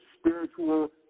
spiritual